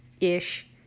ish